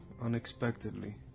unexpectedly